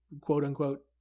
quote-unquote